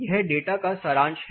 यह डेटा का सारांश है